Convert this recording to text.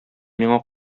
миңа